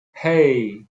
hey